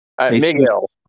Miguel